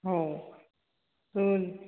ହଉ ହ